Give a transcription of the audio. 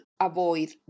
avoid